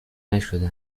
نشده